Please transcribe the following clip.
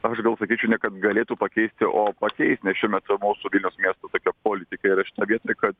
aš gal sakyčiau ne kad galėtų pakeisti o pakeis nes šiuo metu mūsų vilniaus miesto tokia politika yra šitoj vietoj kad